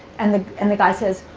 and the and the guy says,